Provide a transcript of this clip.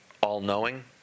all-knowing